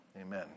amen